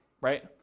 right